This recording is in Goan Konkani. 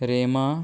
रेमा